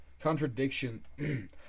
Contradiction